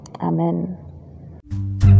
Amen